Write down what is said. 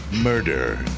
Murder